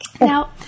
Now